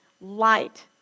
light